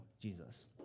Jesus